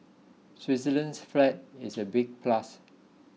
Switzerland's flag is a big plus